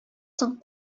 соң